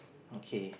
okay